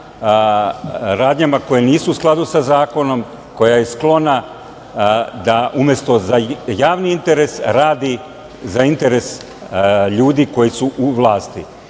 radnjama koje nisu u skladu sa zakonom, koja je sklona da umesto javni interes radi za interes ljudi koji su u vlasti.